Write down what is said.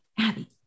Abby